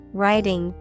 writing